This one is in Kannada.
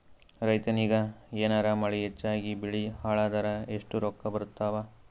ರೈತನಿಗ ಏನಾರ ಮಳಿ ಹೆಚ್ಚಾಗಿಬೆಳಿ ಹಾಳಾದರ ಎಷ್ಟುರೊಕ್ಕಾ ಬರತ್ತಾವ?